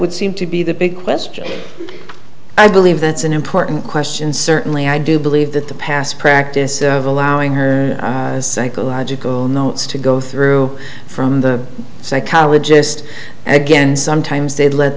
would seem to be the big question i believe that's an important question certainly i do believe that the past practice of allowing her psychological notes to go through from the psychologist again sometimes they let